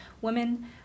women